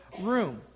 room